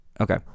Okay